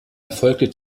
erfolgte